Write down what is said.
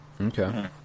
Okay